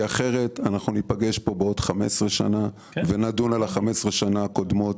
אחרת אנחנו ניפגש פה בעוד 15 שנה ונדון על ה-15 שנה הקודמות,